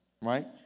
right